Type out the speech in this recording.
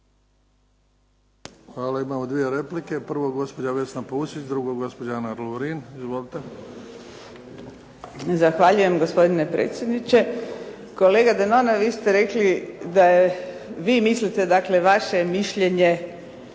Hvala. Imamo dvije replike. Prvo gospođa Vesna Pusić, drugo gospođa Ana Lovrin. Izvolite. **Pusić, Vesna (HNS)** Zahvaljujem. Gospodine predsjedniče. Kolega Denona vi ste rekli da vi mislite, dakle vaše je mišljenje